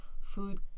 food